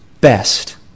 best